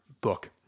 book